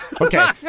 Okay